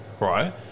right